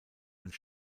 und